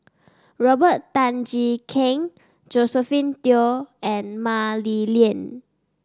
Robert Tan Jee Keng Josephine Teo and Mah Li Lian